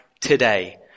today